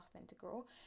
integral